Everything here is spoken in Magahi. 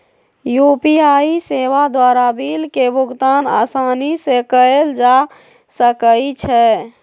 यू.पी.आई सेवा द्वारा बिल के भुगतान असानी से कएल जा सकइ छै